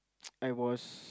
I was